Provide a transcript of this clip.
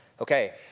Okay